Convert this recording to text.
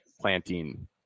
planting